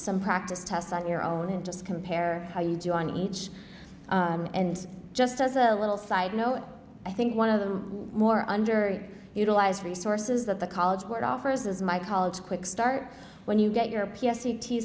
some practice tests on your own and just compare how you do on each and just as a little side note i think one of the more under utilized resources that the college board offers as my college quick start when you get your p s